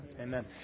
Amen